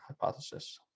hypothesis